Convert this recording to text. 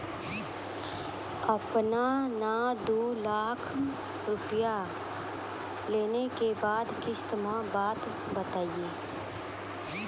आपन ने दू लाख रुपिया लेने के बाद किस्त के बात बतायी?